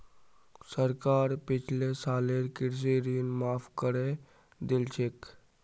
सरकार पिछले सालेर कृषि ऋण माफ़ करे दिल छेक